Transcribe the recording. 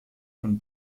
von